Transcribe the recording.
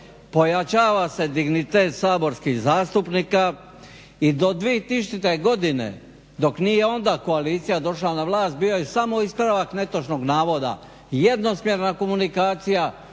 pojačava se dignitet saborskih zastupnika i do 2000.godine dok nije onda koalicija došla na vlast bio je samo ispravak netočnog navoda, jednosmjerna komunikacija.